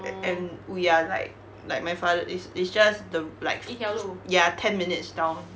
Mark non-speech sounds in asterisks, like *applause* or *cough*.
eh and we are like like my fa~ is it's just the like *noise* ya ten minutes down